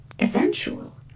eventual